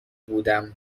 بودم